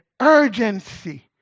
urgency